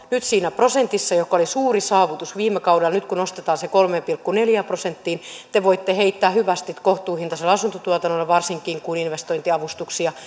nyt siinä prosentissa joka oli suuri saavutus viime kaudella ja nyt kun se nostetaan kolmeen pilkku neljään prosenttiin te voitte heittää hyvästit kohtuuhintaiselle asuntotuotannolle varsinkin kun investointiavustuksia